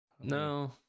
No